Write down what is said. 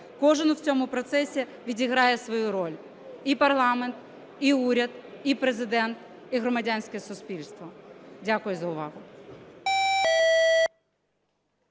Кожен в цьому процесі відіграє свою роль – і парламент, і уряд, і Президент, і громадянське суспільство. Дякую за увагу.